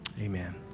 Amen